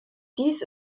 dies